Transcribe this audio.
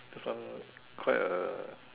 this one quite a